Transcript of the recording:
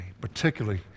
particularly